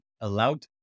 allowed